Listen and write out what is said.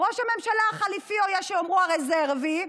ראש הממשלה החליפי, או יש יאמרו "הרזרבי",